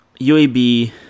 UAB